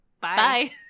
Bye